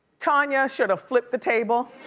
tanya should've flipped the table?